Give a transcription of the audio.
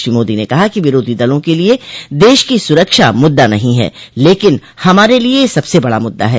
श्री मोदी ने कहा कि विरोधी दलों के लिये देश की सुरक्षा मुद्दा नहीं है लेकिन हमारे लिये यह सबसे बड़ा मूददा है